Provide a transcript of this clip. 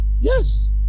Yes